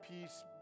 peace